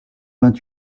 vingt